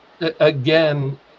Again